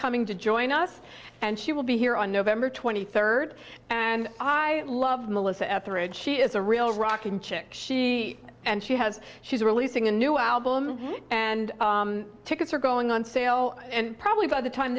coming to join us and she will be here on november twenty third and i love melissa etheridge she is a real rock and chick she and she has she's releasing a new album and tickets are going on sale and probably by the time